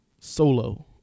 Solo